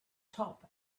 top